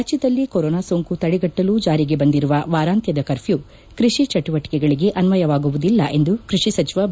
ರಾಜ್ಯದಲ್ಲಿ ಕೊರೋನಾ ಸೋಂಕು ತಡೆಗಟ್ಟಲು ಜಾರಿಗೆ ಬಂದಿರುವ ವಾರಾತ್ಯದ ಕರ್ಪೂ ಕೃಷಿ ಚಟುವಟಕೆಗಳಗೆ ಅನ್ವಯ ವಾಗುವುದಿಲ್ಲ ಎಂದು ಕೃಷಿ ಸಚಿವ ಬಿ